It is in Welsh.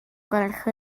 gwelwch